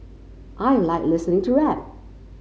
I like listening to rap